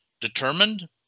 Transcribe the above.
determined